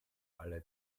alle